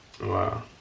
Wow